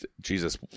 Jesus